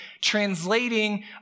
translating